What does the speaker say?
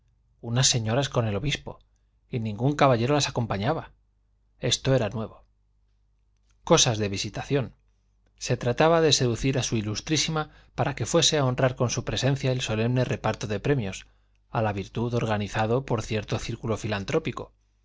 unas señoras con el obispo y ningún caballero las acompañaba esto era nuevo cosas de visitación se trataba de seducir a su ilustrísima para que fuese a honrar con su presencia el solemne reparto de premios a la virtud organizado por cierto circulo filantrópico